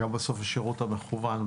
גם בשירות המקוון,